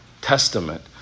Testament